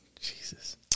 Jesus